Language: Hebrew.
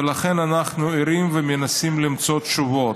ולכן, אנחנו ערים ומנסים למצוא תשובות.